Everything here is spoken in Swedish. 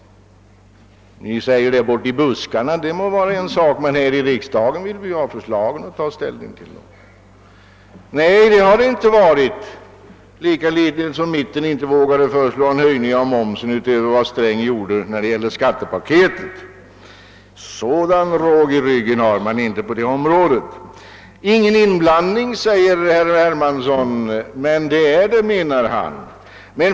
Vad ni säger i buskarna är en sak, men här i riksdagen vill vi ha förslag att ta ställning till. Inte heller har mit tenpartierna vågat föreslå en höjning av momsen utöver vad herr Sträng föreslog i skattepaketet. Så mycket råg i ryggen har de inte. Herr Hermansson anser att förslaget innebär en inblandning i lönerörelsen.